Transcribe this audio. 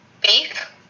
beef